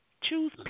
Choose